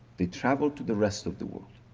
they traveled to the rest of the world.